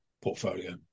portfolio